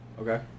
Okay